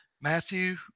Matthew